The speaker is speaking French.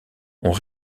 ont